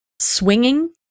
swinging